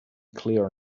clear